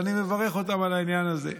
ואני מברך אותם על העניין הזה.